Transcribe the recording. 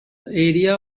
area